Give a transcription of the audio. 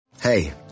Hey